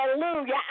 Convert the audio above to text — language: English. hallelujah